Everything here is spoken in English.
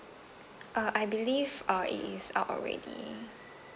uh I believe uh it is out already